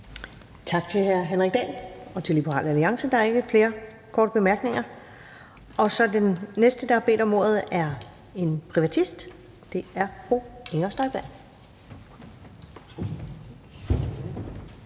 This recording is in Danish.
Tak til hr. Henrik Dahl og til Liberal Alliance. Der er ikke flere korte bemærkninger. Den næste, der har bedt om ordet, er en privatist, og det er fru Inger Støjberg.